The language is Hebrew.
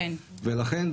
לכן,